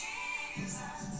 Jesus